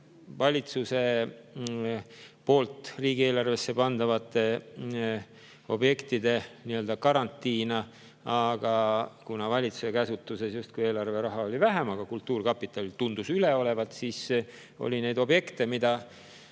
valitsuse poolt riigieelarvesse pandavate objektide nii-öelda garantii näol, aga kuna valitsuse käsutuses justkui eelarveraha oli vähem ja kultuurkapitalil tundus üle olevat, siis neid objekte, mida